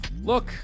Look